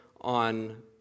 on